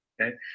Okay